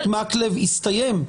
מקלב הסתיים.